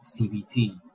CBT